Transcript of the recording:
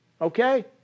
Okay